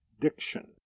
diction